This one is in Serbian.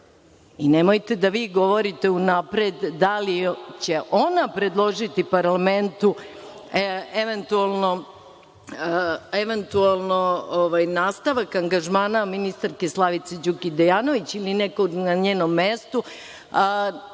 I nemojte da vi govorite unapred da li će ona predložiti parlamentu eventualno nastavak angažmana ministarke Slavice Đukić Dejanović ili neko na njenom mestu,